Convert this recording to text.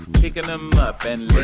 picking them up, and then